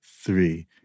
three